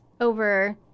over –